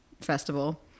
festival